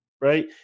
right